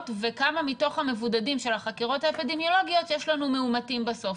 וכמה מתוך המבודדים של החקירות האפידמיולוגיות יש לנו מאומתים בסוף.